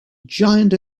giant